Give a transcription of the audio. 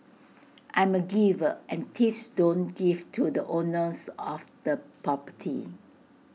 I'm A giver and thieves don't give to the owners of the property